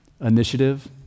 initiative